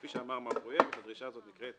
כפי שאמר גל פרויקט, הדרישה הזו נקראת